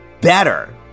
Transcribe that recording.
better